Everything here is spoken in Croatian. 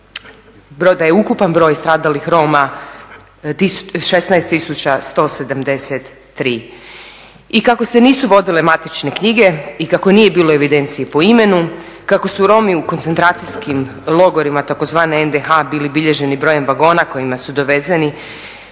da je ukupan broj stradalih Roma 16 tisuća 173. I kako se nisu vodile matične knjige i kako nije bilo evidencije po imenu, kako su Romi u koncentracijskim logorima tzv. NDH bili bilježeni brojem vagona kojima su dovezeni